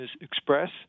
express